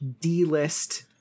D-list